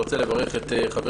אני רוצה לברך את חברי,